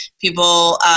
people